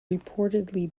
reportedly